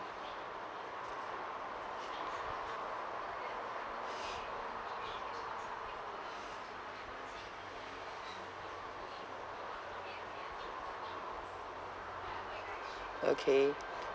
okay